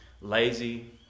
lazy